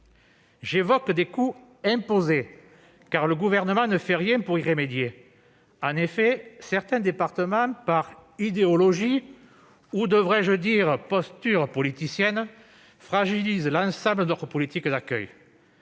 évoqué des coûts « imposés », car le Gouvernement ne fait rien pour y remédier. En effet, certains départements, par idéologie ou par posture politicienne, fragilisent l'ensemble de notre politique d'accueil.